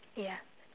yeah